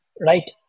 Right